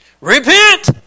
Repent